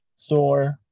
Thor